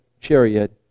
chariot